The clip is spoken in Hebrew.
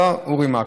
לא, אורי מקלב.